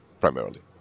primarily